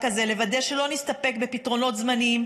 הזה ולוודא שלא נסתפק בפתרונות זמניים,